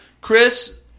Chris